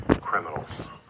criminals